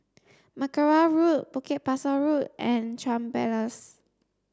Mackerrow Road Bukit Pasoh Road and Chuan Place